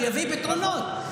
שיביא פתרונות.